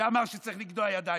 שאמר שצריך לגדוע ידיים,